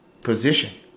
position